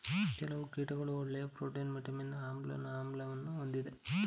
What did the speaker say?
ಕೆಲವು ಕೀಟಗಳು ಒಳ್ಳೆಯ ಪ್ರೋಟೀನ್, ವಿಟಮಿನ್ಸ್, ಅಮೈನೊ ಆಮ್ಲವನ್ನು ಹೊಂದಿವೆ